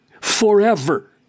forever